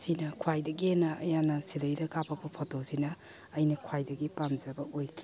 ꯁꯤꯅ ꯈ꯭ꯋꯥꯏꯗꯒꯤ ꯍꯦꯟꯅ ꯑꯩꯍꯥꯛꯅ ꯁꯤꯗꯩꯗ ꯀꯥꯄꯛꯄ ꯐꯣꯇꯣ ꯁꯤꯅ ꯑꯩꯅ ꯈ꯭ꯋꯥꯏꯗꯒꯤ ꯄꯥꯝꯖꯕ ꯑꯣꯏꯈꯤ